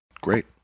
great